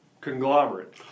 conglomerate